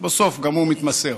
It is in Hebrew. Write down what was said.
ובסוף גם הוא מתמסר.